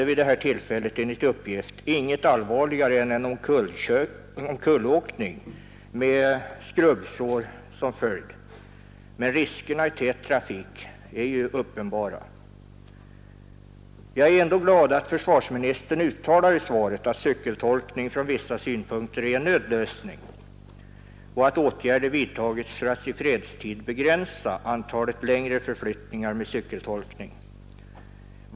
Vid detta tillfälle hände enligt uppgift inget allvarligare än en omkullåkning med skrubbsår som följd, men riskerna i tät trafik är uppenbara. Jag är ändå glad att försvarsministern i svaret uttalar att cykeltolkning från vissa synpunkter är en nödlösning och att åtgärder vidtagits för att i fredstid begränsa antalet längre förflyttningar med cykeltolkning.